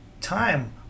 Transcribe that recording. time